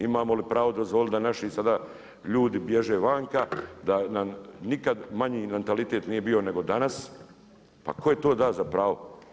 Imamo li pravo dozvoliti da naši sada ljudi bježe vanka, da nam nikad manji mentalitet nije bio nego danas, pa tko je to da za pravo?